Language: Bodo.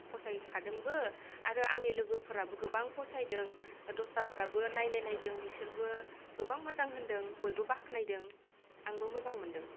फसायखादोंबो आरो आंनि लोगोफोराबो गोबां फसायदों दस्राफोराबो नायनाय नायदों बिसोरबो गोबां मोजां होनदों बयबो बाख्नायदों आंबो मोजां मोनदों